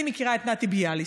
אני מכירה את נתי ביאליסטוק,